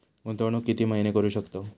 गुंतवणूक किती महिने करू शकतव?